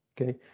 okay